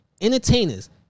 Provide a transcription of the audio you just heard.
Entertainers